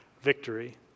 victory